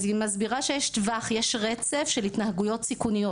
יש טווח, יש רצף של התנהגויות סיכוניות.